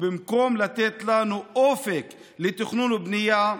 ובמקום לתת לנו אופק לתכנון ובנייה,